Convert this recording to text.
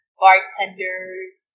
bartender's